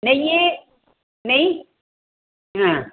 நெய் நெய் ஆ